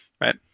Right